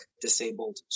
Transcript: disabled